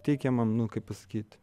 teikiamam nu kaip pasakyt